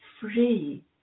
free